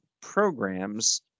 programs